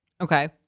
okay